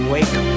Wake